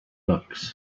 locks